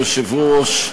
אדוני היושב-ראש,